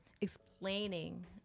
explaining